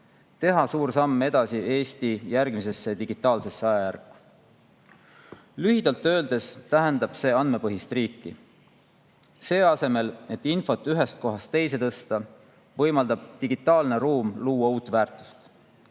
teha suur samm edasi Eesti järgmisesse digitaalsesse ajajärku. Lühidalt öeldes tähendab see andmepõhist riiki. Selle asemel, et infot ühest kohast teise tõsta, võimaldab digitaalne ruum luua uut väärtust